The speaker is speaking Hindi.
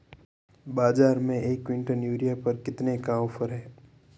बाज़ार में एक किवंटल यूरिया पर कितने का ऑफ़र है?